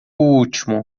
último